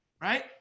right